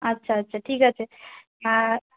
আচ্ছা আচ্ছা ঠিক আছে আর